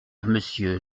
monsieur